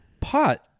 pot